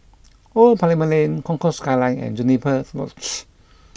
Old Parliament Lane Concourse Skyline and Juniper Lodge